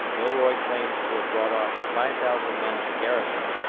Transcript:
milroy claims to have brought off five thousand men of the garrison,